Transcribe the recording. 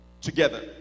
together